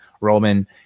Roman